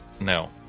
No